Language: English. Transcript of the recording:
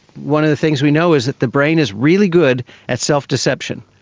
one of the things we know is that the brain is really good at self-deception.